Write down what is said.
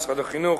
משרד החינוך,